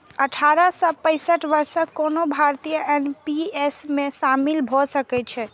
अठारह सं पैंसठ वर्षक कोनो भारतीय एन.पी.एस मे शामिल भए सकै छै